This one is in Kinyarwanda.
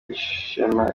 ishema